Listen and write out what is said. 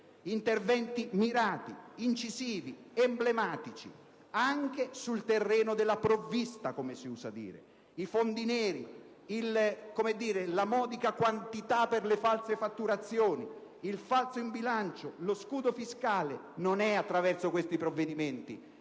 interventi mirati, incisivi, emblematici anche sul terreno della provvista, come si usa dire. I fondi neri, la modica quantità per le false fatturazioni, il falso in bilancio, lo scudo fiscale: non è attraverso questi provvedimenti